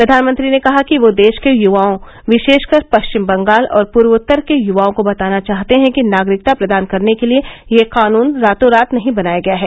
प्रधानमंत्री ने कहा कि वह देश के युवाओं विशेषकर पश्चिम बंगाल और पूर्वोत्तर के युवाओं को बताना चाहते हैं कि नागरिकता प्रदान करने के लिए यह कानून रातों रात नहीं बनाया गया है